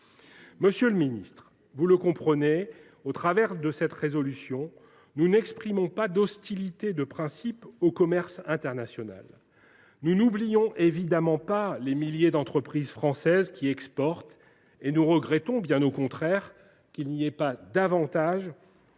Monsieur le ministre, vous le comprenez, au travers de cette proposition de résolution, nous n’exprimons pas d’hostilité de principe au commerce international. Nous n’oublions évidemment pas les milliers d’entreprises françaises qui exportent ; nous regrettons, bien au contraire, qu’il n’y en ait pas davantage